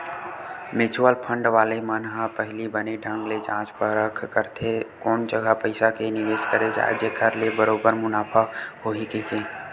mutual fund वाले मन ह पहिली बने ढंग ले जाँच परख करथे कोन जघा पइसा के निवेस करे जाय जेखर ले बरोबर मुनाफा होही कहिके